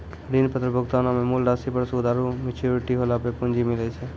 ऋण पत्र भुगतानो मे मूल राशि पर सूद आरु मेच्योरिटी होला पे पूंजी मिलै छै